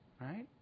Right